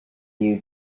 new